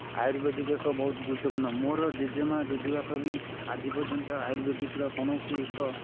ଆୟୁର୍ବେଦିକ ଏକ ବହୁତ ଗୁରୁତ୍ୱପୂର୍ଣ୍ଣ ମୋର ଜେଜେମା' ଜେଜେବାପା ବି ଆଜି ପର୍ଯ୍ୟନ୍ତ ଆୟୁର୍ବେଦିକର କୌଣସି ଏକ